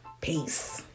peace